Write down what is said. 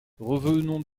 revenons